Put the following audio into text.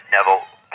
Neville